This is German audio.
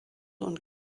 und